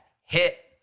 Hit